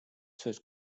söz